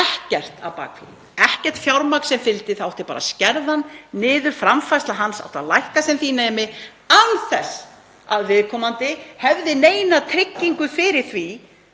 ekkert á bak við, ekkert fjármagn sem fylgdi. Það átti bara að skerða hann niður, framfærsla hans átti að lækka sem því nam án þess að viðkomandi hefði neina tryggingu fyrir því